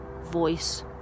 voice